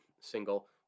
single